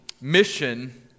mission